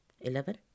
Eleven